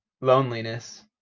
loneliness